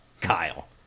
kyle